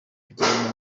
bijyanye